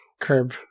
curb